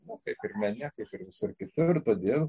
na taip ir mene kaip ir visur kitur todėl